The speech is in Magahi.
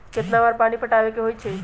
कितना बार पानी पटावे के होई छाई?